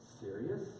Serious